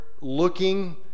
looking